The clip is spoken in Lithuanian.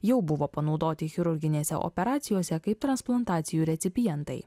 jau buvo panaudoti chirurginėse operacijose kaip transplantacijų recipientai